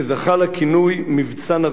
שזכה לכינוי "מבצע נרקיס".